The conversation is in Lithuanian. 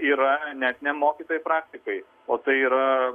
yra net ne mokytojai praktikai o tai yra